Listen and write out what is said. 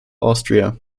austria